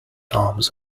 arms